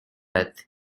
earth